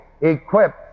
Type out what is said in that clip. equipped